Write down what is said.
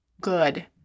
good